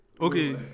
Okay